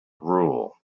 rule